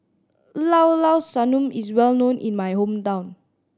Llao Llao Sanum is well known in my hometown